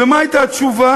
ומה הייתה התשובה?